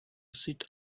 sit